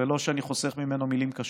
ולא שאני חוסך ממנו מילים קשות,